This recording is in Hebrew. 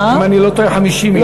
אם אני לא טועה, 50 יום.